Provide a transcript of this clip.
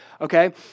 okay